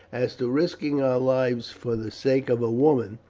as to risking our lives for the sake of a woman,